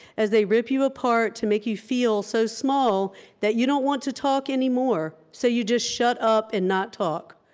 as they rip you apart to make you feel so small that you don't want to talk any more, so you just shut up and not talk.